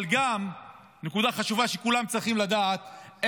אבל עוד נקודה חשובה שכולם צריכים לדעת,